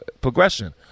progression